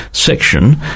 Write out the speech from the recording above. Section